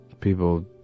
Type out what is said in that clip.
people